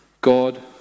God